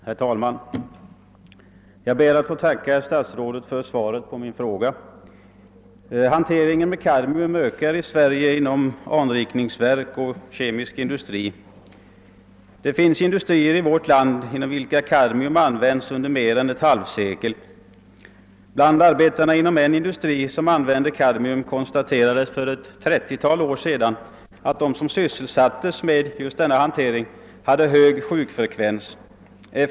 Herr talman! Jag ber att få tacka statsrådet för svaret på min fråga. Hanteringen med kadmium ökar i Sverige inom anrikningsverk och kemisk industri. Det finns industrier i vårt land inom vilka kadmium har använts under mer än ett halvt sekel. Inom en industri som använder kadmium konstaterades för ett trettiotal år sedan att de arbetare som kom i beröring med kadmium hade hög sjukfrekvens.